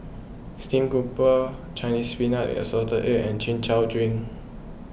Stream Grouper Chinese Spinach with Assorted Eggs and Chin Chow Drink